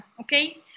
okay